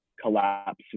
collapse